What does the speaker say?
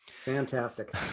Fantastic